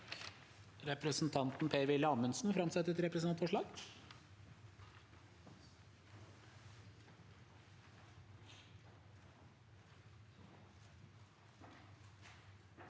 Representanten Per-Willy Amundsen vil framsette et representantforslag.